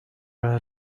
her